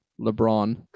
LeBron